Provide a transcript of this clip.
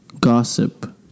gossip